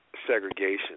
segregation